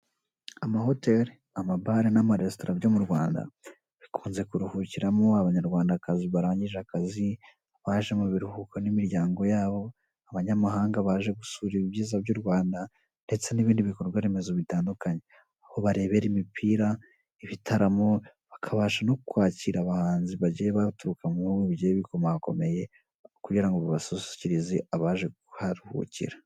Amahoteri, amabara, n'amaresitora byo mu Rwanda. Bikunze kuruhikiramo abanyarwandakazi barangije akazi a, abaje mu biruhuko n'imiryango yabo, abanyamahanga baje gusura ibyiza by'u Rwanda, ndetse n'ibindi bikorwaremezo bitandukanye. aho barebera imipira, ibitaramo bakabasha no kwakira abahanzi bagiye baturuka bu bihugu bigiye bikomakomeye, kugira ngo kubasusurukirize abaje kubaruhukira.